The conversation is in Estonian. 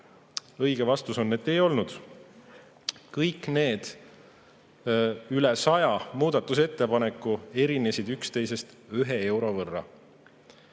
Õige vastus on, et ei olnud. Kõik need rohkem kui 100 muudatusettepanekut erinesid üksteisest 1 euro võrra.